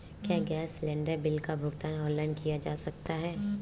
क्या gas cylinder bill का भुगतान ऑनलाइन किया जा सकता है?